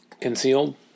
Concealed